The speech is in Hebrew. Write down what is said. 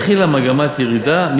התחילה מגמת ירידה.